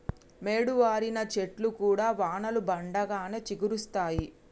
మోడువారిన చెట్లు కూడా వానలు పడంగానే చిగురిస్తయి